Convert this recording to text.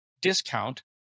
discount